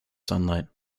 sunlight